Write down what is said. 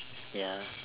ya